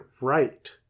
right